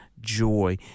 joy